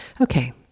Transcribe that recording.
Okay